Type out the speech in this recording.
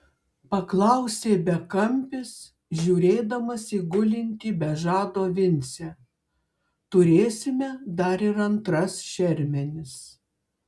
paklausė bekampis žiūrėdamas į gulintį be žado vincę turėsime dar ir antras šermenis